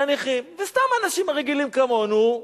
והנכים, וסתם אנשים רגילים כמונו,